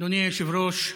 אדוני היושב-ראש,